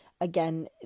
again